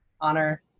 honor